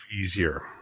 easier